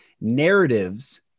narratives